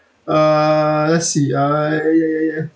uh let's see uh ya ya ya ya